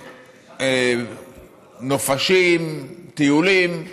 נופשים, טיולים,